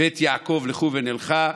בית יעקב לכו ונלכה,